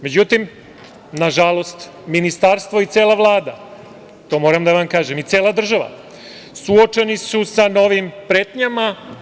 Međutim, nažalost, Ministarstvo i cela Vlada, to moram da vam kažem, i cela država suočeni su sa novim pretnjama.